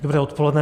Dobré odpoledne.